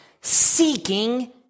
seeking